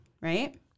right